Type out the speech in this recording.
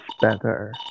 better